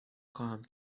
خواهم